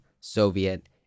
Soviet